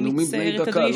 זה נאומים בני דקה,